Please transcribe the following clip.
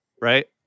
right